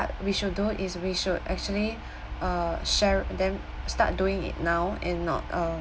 we should do is we should actually uh share with them start doing it now and not uh